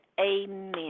amen